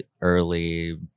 early